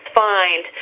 find